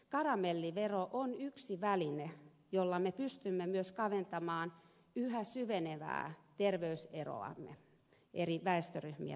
karamellivero on yksi väline jolla me pystymme myös kaventamaan yhä syveneviä terveyseroja eri väestöryhmien välillä